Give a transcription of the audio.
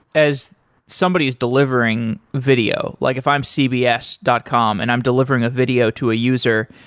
as somebody's delivering video, like if i'm cbs dot com and i'm delivering a video to a user,